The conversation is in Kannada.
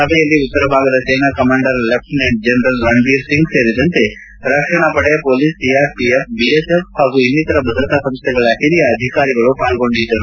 ಸಭೆಯಲ್ಲಿ ಉತ್ತರ ಭಾಗದ ಸೇನಾ commander lieutenant general Ranbir Singh ಸೇರಿದಂತೆ ರಕ್ಷಣಾಪಡೆ ಪೊಲೀಸ್ ಸಿಆರ್ಒಎಫ್ ಬಿಎಸ್ಎಫ್ ಹಾಗೂ ಇನ್ನಿತರ ಭದ್ರತಾ ಸಂಸ್ನೆಗಳ ಹಿರಿಯ ಅಧಿಕಾರಿಗಳು ಪಾಲ್ಗೊಂಡಿದ್ದರು